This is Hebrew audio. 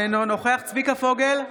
אינו נוכח צביקה פוגל,